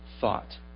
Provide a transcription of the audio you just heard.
thought